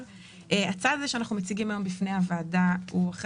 בינינו --- הצעד שאנחנו מציגים בפני הוועדה היום הוא אחרי